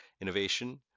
innovation